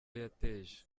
yateje